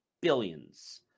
billions